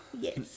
Yes